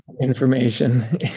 information